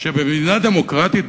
שבמדינה דמוקרטית,